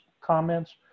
comments